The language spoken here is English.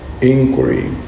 inquiry